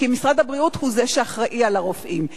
כי משרד הבריאות הוא זה שאחראי על הרופאים.